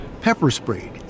pepper-sprayed